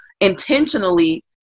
intentionally